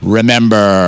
Remember